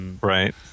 Right